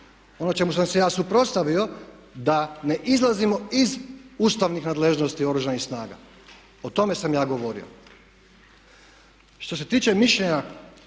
Ono čemu sam se ja suprotstavio da ne izlazimo iz ustavnih nadležnosti Oružanih snaga. O tome sam ja govorio. Što se tiče mišljenja